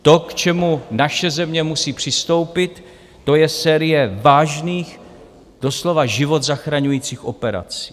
To, k čemu naše země musí přistoupit, to je série vážných, doslova život zachraňujících operací.